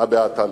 והא בהא תליא.